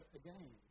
again